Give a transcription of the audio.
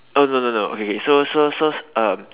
oh no no no okay okay so so so um